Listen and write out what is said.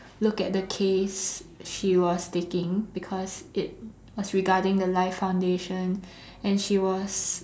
look at the case she was taking because it was regarding the Life Foundation and she was